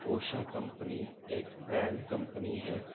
Usha company ایک brand company ہے